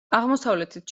აღმოსავლეთით